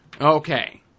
Okay